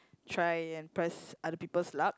try and press other peoples luck